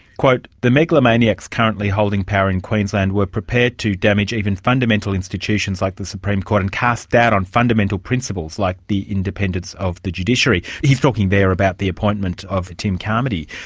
the megalomaniacs currently holding power in queensland were prepared to damage even fundamental institutions like the supreme court and cast doubt on fundamental principles like the independence of the judiciary. he's talking there about the employment of tim carmody.